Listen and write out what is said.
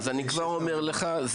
אז אני כבר אומר לך,